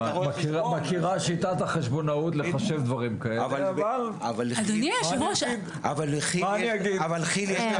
שיטת החשבונאות לחשב דברים כאלה אבל מה אני אגיד.